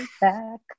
Back